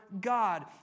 God